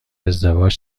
ازدواج